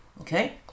okay